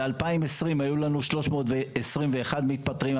ב-2020 היו לנו 321 מתפטרים,